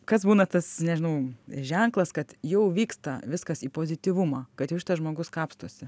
kas būna tas nežinau ženklas kad jau vyksta viskas į pozityvumą kad jau šitas žmogus kapstosi